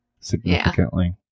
significantly